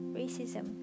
racism